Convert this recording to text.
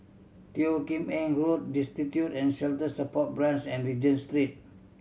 Teo Kim Eng Road Destitute and Shelter Support Branch and Regent Street